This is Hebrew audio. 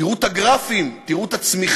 תראו את הגרפים, תראו את הצמיחה,